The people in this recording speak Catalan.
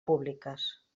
públiques